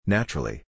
Naturally